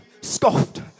scoffed